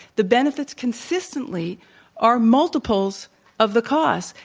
the benefits consistently are multiples of the costs,